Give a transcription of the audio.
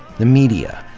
the media,